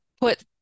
put